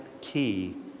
key